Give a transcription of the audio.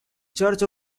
church